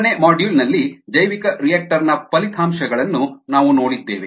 ಎರಡನೇ ಮಾಡ್ಯೂಲ್ನಲ್ಲಿ ಜೈವಿಕರಿಯಾಕ್ಟರ್ನ ಫಲಿತಾಂಶಗಳನ್ನು ನಾವು ನೋಡಿದ್ದೇವೆ